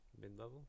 mid-level